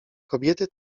kobiety